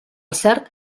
cert